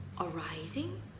arising